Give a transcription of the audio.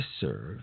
serve